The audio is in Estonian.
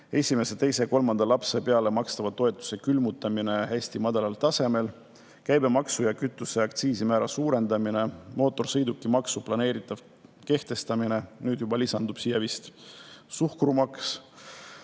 ja kolmanda lapse eest makstava toetuse külmutamine hästi madalal tasemel; käibemaksu ja kütuseaktsiisi määra suurendamine; mootorsõidukimaksu planeeritav kehtestamine; nüüd lisandub siia vist ka suhkrumaks;